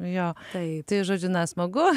jo tai žodžiu na smagu